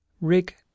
Rig